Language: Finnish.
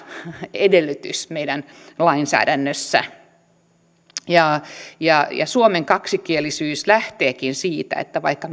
edellytys meidän lainsäädännössä suomen kaksikielisyys lähteekin siitä että vaikka